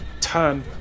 turn